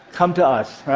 come to us.